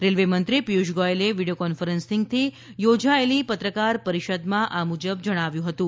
રેલ્વેમંત્રી પિયુષ ગોયલે video conferencing માધ્યમથી યોજાયેલી પત્રકાર પરીષદમાં આ મુજબ જણાવ્યું હતું